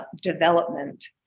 development